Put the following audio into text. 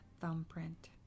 thumbprint